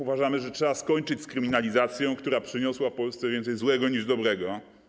Uważamy, że trzeba skończyć z kryminalizacją, która przyniosła Polsce więcej złego niż dobrego.